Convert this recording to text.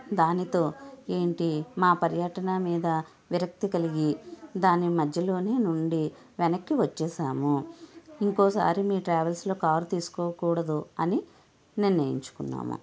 దాంతో ఏంటి మా పర్యటన మీద విరక్తి కలిగి దాని మధ్యలోనే నుండి వెనక్కి వచ్చేసాము ఇంకోసారి మీ ట్రావెల్స్లో కారు తీసుకోకూడదు అని నిర్ణయించుకున్నాము